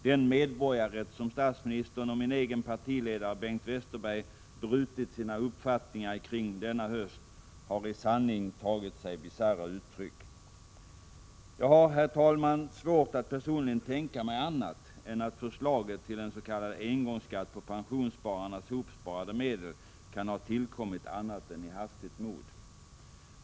Den medborgarrätt som statsministern och min egen partiledare Bengt Westerberg brutit sina 11 uppfattningar kring denna höst har i sanning tagit sig bisarra uttryck. Jag har, herr talman, personligen svårt att tänka mig annat än att förslaget till en s.k. engångsskatt på pensionsspararnas hopsparade medel har tillkommit i hastigt mod.